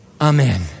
Amen